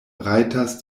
rajtas